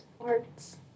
Arts